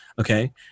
okay